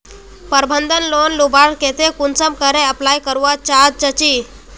प्रबंधन लोन लुबार केते कुंसम करे अप्लाई करवा चाँ चची?